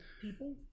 people